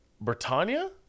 Britannia